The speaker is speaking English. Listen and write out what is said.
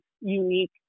unique